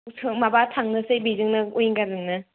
माबा थांनोसै बेजोंनो उइंगारजोंनो